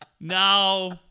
No